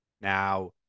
Now